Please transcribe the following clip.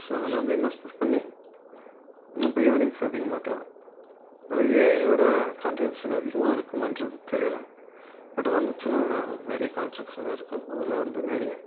so அதில் வந்து investment பண்ணி நம்ம இயர்னிங்ஸ் அதிகமாக்கலாம் அதில் ஏஐயோட கான்ட்ரிபியூஷன் அதிகமாக இருக்குமான்றது தெரியலை பட் வந்துச்சுன்னா நிறைய கான்ட்ரிபியூஷன் இருக்கும் அதில் வந்து நிறைய